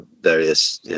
various